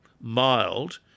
mild